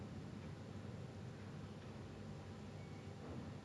no lah I never buy cold war I I heard the story was really bad from a lot of my friends